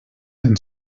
and